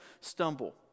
stumble